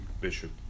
bishop